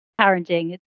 Parenting